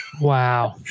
Wow